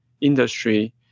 industry